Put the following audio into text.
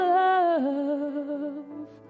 love